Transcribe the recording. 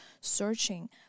searching